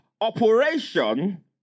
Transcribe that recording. operation